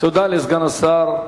תודה לסגן השר,